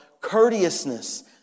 courteousness